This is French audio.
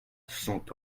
cent